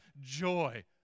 joy